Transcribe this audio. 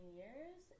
years